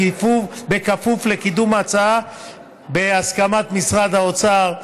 בכפוף לקידום ההצעה בהסכמת משרד האוצר.